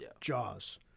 Jaws